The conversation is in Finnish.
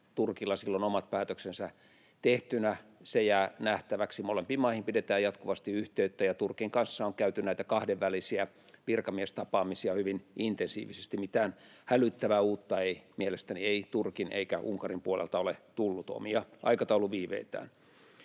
Turkilla silloin omat päätöksensä tehtyinä? Se jää nähtäväksi. Molempiin maihin pidetään jatkuvasti yhteyttä, ja Turkin kanssa on käyty kahdenvälisiä virkamiestapaamisia hyvin intensiivisesti. Mitään hälyttävää uutta ei mielestäni Turkin eikä Unkarin puolelta ole tullut, omia aikatauluviiveitään.